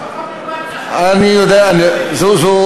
זו משפחה,